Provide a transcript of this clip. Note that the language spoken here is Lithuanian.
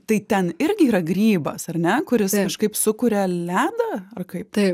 tai ten irgi yra grybas ar ne kurius kaip sukuria ledą ar kaip tai